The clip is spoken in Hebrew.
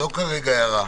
תודה לכל היועצים.